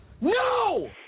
no